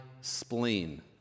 spleen